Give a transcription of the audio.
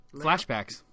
flashbacks